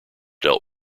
dealt